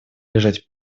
лежать